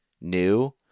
new